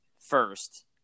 first